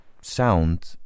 sound